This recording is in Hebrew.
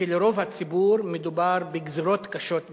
שלרוב הציבור מדובר בגזירות קשות ביותר.